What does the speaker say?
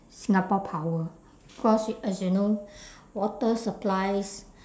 singapore power cause as you know water supplies